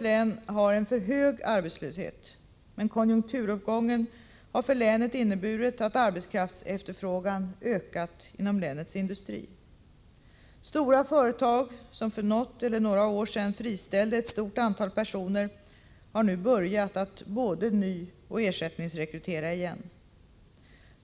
län har en alltför hög arbetslöshet, men konjunkturuppgången har för länet inneburit att arbetskraftsefterfrågan ökat inom länets industri. Stora företag som för något eller några år sedan friställde ett stort antal personer har nu börjat att både nyoch ersättningsrekrytera igen.